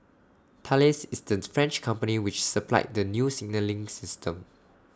Thales is the French company which supplied the new signalling system